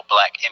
Black